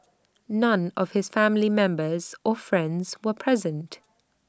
none of his family members or friends were present